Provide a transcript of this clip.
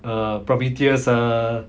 err prometheus ah